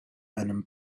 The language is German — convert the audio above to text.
einem